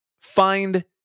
find